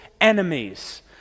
enemies